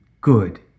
Good